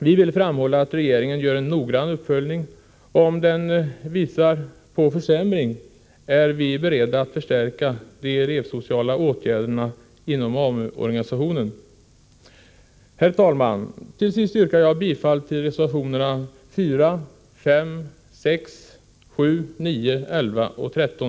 Vi vill framhålla betydelsen av att regeringen gör en noggrann uppföljning och att om försämringar visar sig är vi beredda att förstärka de elevsociala åtgärderna inom AMU-organisationen. Herr talman! Till sist yrkar jag bifall till reservationerna 4, 5, 6, 7, 9, 11 och 13.